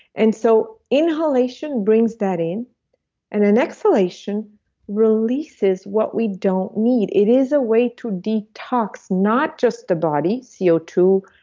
and so inhalation brings that in and an exhalation releases what we don't need. it is a way to detox not just a body, c o two,